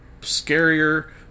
scarier